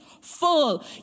full